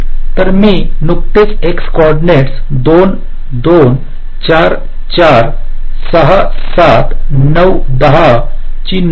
तर मी नुकतेच एक्स कॉर्डिनेट्स 2 2 4 4 6 7 9 10 ची नोंद करून घेत आहे